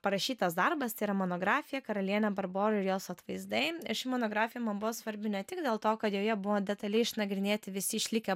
parašytas darbas tai yra monografija karalienė barbora ir jos atvaizdai ši monografija man buvo svarbi ne tik dėl to kad joje buvo detaliai išnagrinėti visi išlikę